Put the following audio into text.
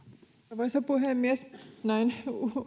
arvoisa puhemies näin